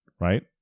right